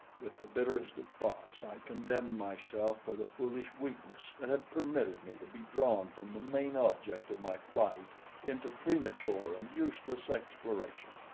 with the bitterest of thoughts i condemned myself for the foolish weakness that had permitted me to be drawn from the main object of my flight into premature and useless exploration.